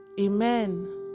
Amen